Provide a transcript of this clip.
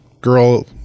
girl